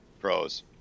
pros